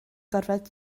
gorfod